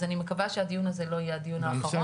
אז, אני מקווה שהדיון הזה לא יהיה הדיון האחרון.